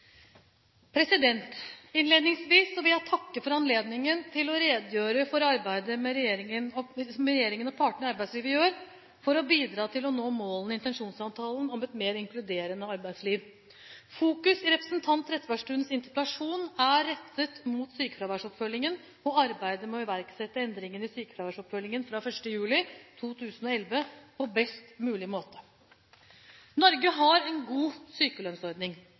Innledningsvis vil jeg takke for anledningen til å redegjøre for arbeidet som regjeringen og partene i arbeidslivet gjør for å bidra til å nå målene i intensjonsavtalen om et mer inkluderende arbeidsliv. Fokus i representanten Trettebergstuens interpellasjon er rettet mot sykefraværsoppfølgingen og arbeidet med å iverksette endringene i sykefraværsoppfølgingen fra 1. juli 2011 på best mulig måte. Norge har en god sykelønnsordning.